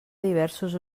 diversos